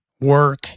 work